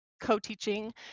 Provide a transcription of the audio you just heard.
co-teaching